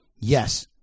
Yes